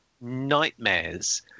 nightmares